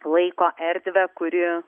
laiko erdvę kuri